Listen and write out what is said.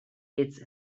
its